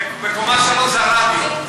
בקומה 3 זה הרדיו.